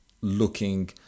looking